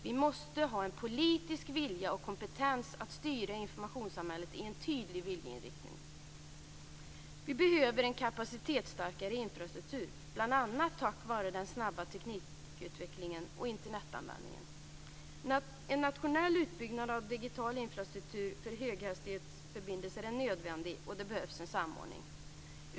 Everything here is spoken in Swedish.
Vi måste ha en politisk vilja och kompetens att styra informationssamhället med en tydlig viljeinriktning. Vi behöver en kapacitetsstarkare infrastruktur, bl.a. tack vare den snabba teknikutvecklingen och Internetanvändningen. En nationell utbyggnad av digital infrastruktur för höghastighetsförbindelser är nödvändig, och det behövs en samordning.